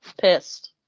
Pissed